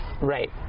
right